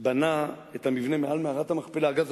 בנה את המבנה מעל מערת המכפלה אגב,